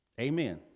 Amen